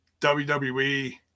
WWE